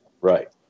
right